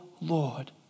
Lord